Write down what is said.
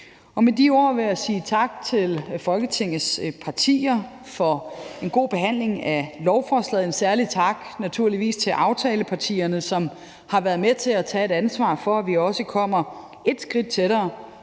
Med de ord vil jeg sige tak til Folketingets partier for en god behandling af lovforslaget og naturligvis også en særlig tak til aftalepartierne, som har været med til at tage et ansvar for, at vi også kommer et skridt tættere